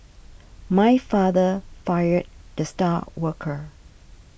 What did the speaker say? my father fired the star worker